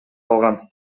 калган